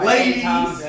Ladies